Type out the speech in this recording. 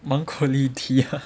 芒果绿 tea